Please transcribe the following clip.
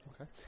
Okay